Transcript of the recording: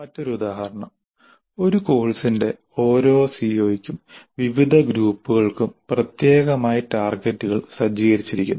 മറ്റൊരു ഉദാഹരണം ഒരു കോഴ്സിന്റെ ഓരോ സിഒയ്ക്കും വിവിധ ഗ്രൂപ്പുകൾക്കും പ്രത്യേകമായി ടാർഗെറ്റുകൾ സജ്ജീകരിച്ചിരിക്കുന്നു